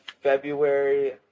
February